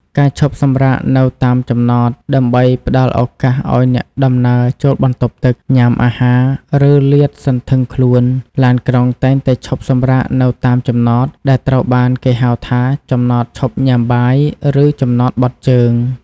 ការឈប់សម្រាកនៅតាមចំណត ដើម្បីផ្តល់ឱកាសឱ្យអ្នកដំណើរចូលបន្ទប់ទឹក ញ៉ាំអាហារ ឬលាតសន្ធឹងខ្លួន ឡានក្រុងតែងតែឈប់សម្រាកនៅតាមចំណត ដែលត្រូវបានគេហៅថា ចំណតឈប់ញ៉ាំបាយ ឬ ចំណតបត់ជើង។